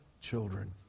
children